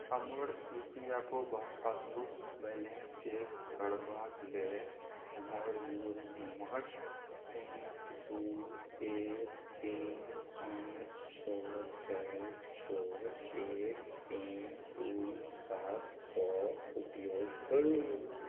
हमर E P F O passbook balance cheque करबाके लेल हमर यू एन नम्बर पाँच दुइ एक तीन पाँच छओ चारि छओ एक तीन दुइ सातके उपयोग करू